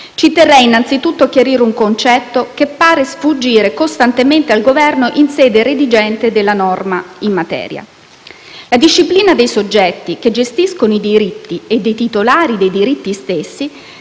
Ci terrei innanzitutto a chiarire un concetto che pare sfuggire costantemente al Governo nella sede redigente delle norme in materia. La disciplina dei soggetti che gestiscono i diritti e dei titolari dei diritti stessi